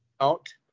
out